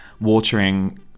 watering